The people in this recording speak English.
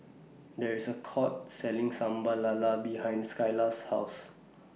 There IS A Court Selling Sambal Lala behind Skyla's House